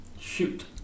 Shoot